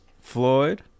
Floyd